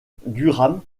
durham